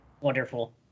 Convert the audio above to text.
Wonderful